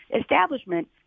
establishment